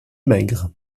maigre